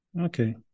Okay